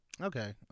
Okay